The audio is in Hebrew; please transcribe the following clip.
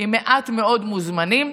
עם מעט מאוד מוזמנים,